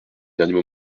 dernier